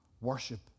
worship